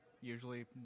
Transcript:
usually